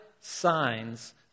signs